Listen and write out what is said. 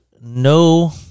no